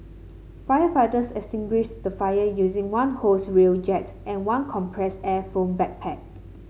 firefighters extinguished the fire using one hose reel jet and one compressed air foam backpack